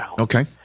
Okay